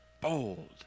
bold